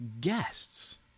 guests